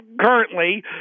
currently